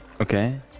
Okay